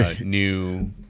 New